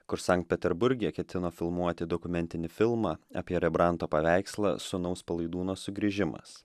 kur sankt peterburge ketino filmuoti dokumentinį filmą apie rembranto paveikslą sūnaus palaidūno sugrįžimas